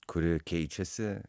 kuri keičiasi